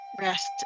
rest